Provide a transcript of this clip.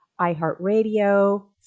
iHeartRadio